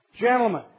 Gentlemen